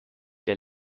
der